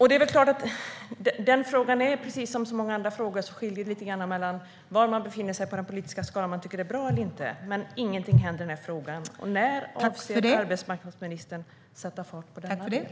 I den här frågan, precis som i så många andra frågor, beror det på var man befinner sig på den politiska skalan när det gäller vad man tycker är bra eller inte. Men ingenting händer i den här frågan. När avser arbetsmarknadsministern att sätta fart på denna del?